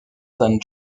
than